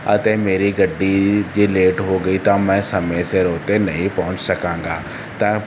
ਅਤੇ ਮੇਰੀ ਗੱਡੀ ਜੇ ਲੇਟ ਹੋ ਗਈ ਤਾਂ ਮੈਂ ਸਮੇਂ ਸਿਰ ਉਹ 'ਤੇ ਨਹੀਂ ਪਹੁੰਚ ਸਕਾਂਗਾ ਤਾਂ